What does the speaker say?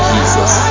Jesus